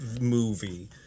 movie